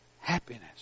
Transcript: Happiness